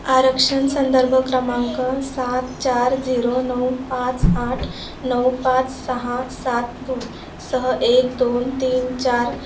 आरक्षण संदर्भ क्रमांक सात चार झिरो नऊ पाच आठ नऊ पाच सहा सात दोन सह एक दोन तीन चार